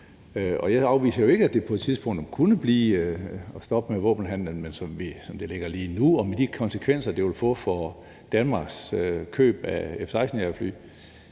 Jeg afviser jo ikke, at det på et tidspunkt kunne blive til et stop for våbenhandelen, men som det ligger lige nu og med de konsekvenser, det vil få for Danmarks køb af F-35-jagerfly